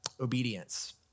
obedience